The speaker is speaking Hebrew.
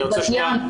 אני רוצה להתמקד.